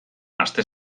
aste